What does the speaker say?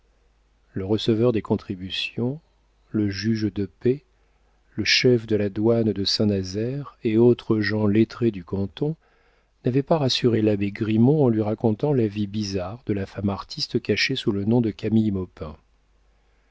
le receveur des contributions le juge de paix le chef de la douane de saint-nazaire et autres gens lettrés du canton n'avaient pas rassuré l'abbé grimont en lui racontant la vie bizarre de la femme artiste cachée sous le nom de camille